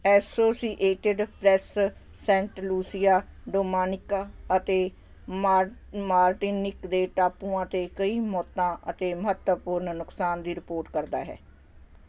associated Press Saint Lucia Dominica ਅਤੇ Martinique ਦੇ ਟਾਪੂਆਂ 'ਤੇ ਕਈ ਮੌਤਾਂ ਅਤੇ ਮਹੱਤਵਪੂਰਨ ਨੁਕਸਾਨ ਦੀ ਰਿਪੋਰਟ ਕਰਦਾ ਹੈ